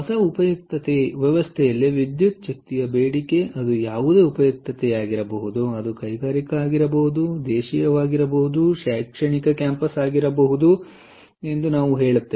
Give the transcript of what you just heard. ಹೊಸ ಉಪಯುಕ್ತತೆ ವ್ಯವಸ್ಥೆಯಲ್ಲಿ ವಿದ್ಯುಚ್ ಕ್ತಿಯ ಬೇಡಿಕೆ ಅದು ಯಾವುದೇ ಉಪಯುಕ್ತತೆಯಾಗಿರಬಹುದು ಅದು ಕೈಗಾರಿಕಾ ಆಗಿರಬಹುದು ಅದು ದೇಶೀಯವಾಗಿರಬಹುದು ಶೈಕ್ಷಣಿಕ ಕ್ಯಾಂಪಸ್ ಆಗಿರಬಹುದು ಎಂದು ನಾವು ಹೇಳುತ್ತೇವೆ